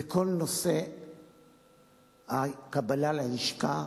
וכל נושא הקבלה ללשכה,